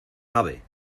nave